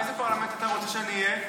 באיזה פרלמנט אתה רוצה שאני אהיה?